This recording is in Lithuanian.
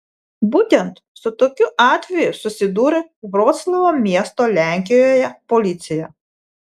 būtent su tokiu atveju susidūrė vroclavo miesto lenkijoje policija